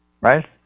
right